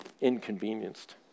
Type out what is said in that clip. inconvenienced